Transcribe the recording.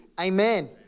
Amen